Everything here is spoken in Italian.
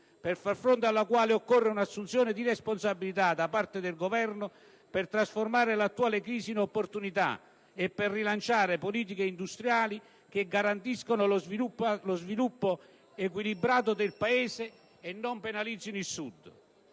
per far fronte alla quale occorre una assunzione di responsabilità da parte del Governo per trasformare l'attuale crisi in opportunità e per rilanciare politiche industriali che garantiscano lo sviluppo equilibrato del Paese e non penalizzino il Sud.